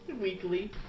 weekly